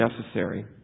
necessary